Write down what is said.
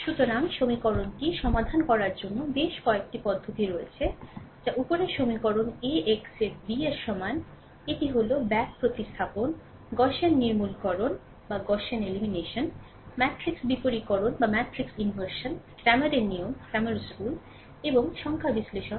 সুতরাং সমীকরণটি সমাধান করার জন্য বেশ কয়েকটি পদ্ধতি রয়েছে যা উপরের সমীকরণ AX এর B এর সমান এটি হল ব্যাক প্রতিস্থাপন গাউসিয়ান নির্মূলকরণ ম্যাট্রিক্স বিপরীকরণ ক্র্যামারের নিয়ম Cramer's rule এবং সংখ্যা বিশ্লেষণ